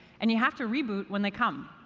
and you have to reboot when they come.